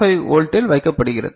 5 வோல்ட்டில் வைக்கப்பட்டுள்ளது